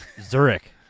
Zurich